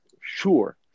Sure